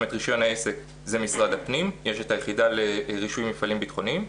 את רישיון העסק היחידה לרישוי מפעלים ביטחוניים,